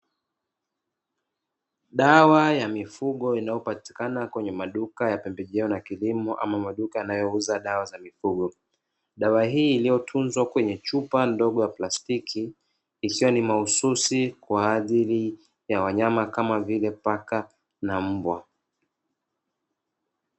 Dawa ya mifugo inayopatikana kwenye maduka ya pembejeo na kilimo ama maduka yanayouza dawa za mifugo. Dawa hii iliyotunzwa kwenye chupa ndogo ya plastiki ikiwa ni mahususi kwa ajili ya wanyama kama vile paka na mbwa.